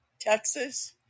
Texas